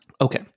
Okay